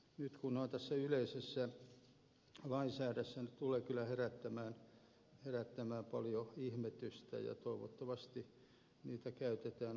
nyt kun ne ovat tässä yleisessä lainsäädännössä se tulee kyllä herättämään paljon ihmetystä ja toivottavasti niitä käytetään asiallisesti